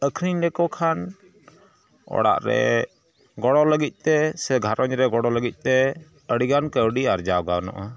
ᱟᱹᱠᱷᱨᱤᱧ ᱞᱮᱠᱚ ᱠᱷᱟᱱ ᱚᱲᱟᱜ ᱨᱮ ᱜᱚᱲᱚ ᱞᱟᱹᱜᱤᱫᱼᱛᱮ ᱥᱮ ᱜᱷᱟᱨᱚᱸᱡᱽ ᱨᱮ ᱜᱚᱲᱚ ᱞᱟᱹᱜᱤᱫᱼᱛᱮ ᱟᱹᱰᱤᱜᱟᱱ ᱠᱟᱹᱣᱰᱤ ᱟᱨᱡᱟᱣ ᱜᱟᱱᱚᱜᱼᱟ